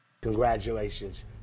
Congratulations